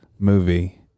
movie